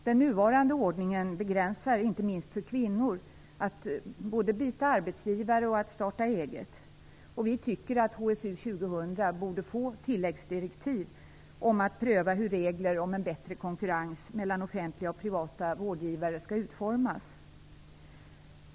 Den nuvarande ordningen begränsar, inte minst för kvinnor, möjligheterna både att byta arbetsgivare och att starta eget. Vi tycker att HSU 2000 borde få tilläggsdirektiv om att pröva hur regler om bättre konkurrens mellan offentliga och privata vårdgivare skall utformas.